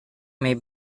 may